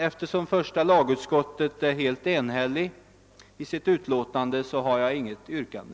Eftersom första lagutskottet är helt enigt i sitt utlåtande har jag inget yrkande.